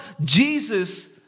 Jesus